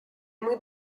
muy